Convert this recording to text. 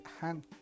hand